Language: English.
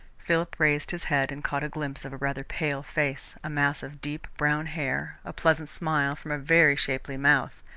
philip raised his head and caught a glimpse of a rather pale face, a mass of deep brown hair, a pleasant smile from a very shapely mouth,